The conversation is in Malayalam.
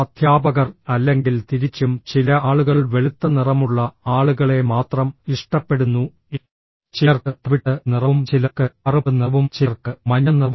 അധ്യാപകർ അല്ലെങ്കിൽ തിരിച്ചും ചില ആളുകൾ വെളുത്ത നിറമുള്ള ആളുകളെ മാത്രം ഇഷ്ടപ്പെടുന്നു ചിലർക്ക് തവിട്ട് നിറവും ചിലർക്ക് കറുപ്പ് നിറവും ചിലർക്ക് മഞ്ഞ നിറവും